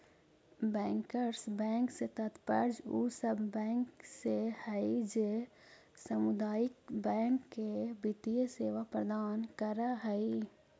bankers bank से तात्पर्य उ सब बैंक से हइ जे सामुदायिक बैंक के वित्तीय सेवा प्रदान करऽ हइ